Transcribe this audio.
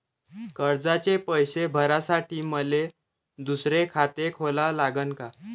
कर्जाचे पैसे भरासाठी मले दुसरे खाते खोला लागन का?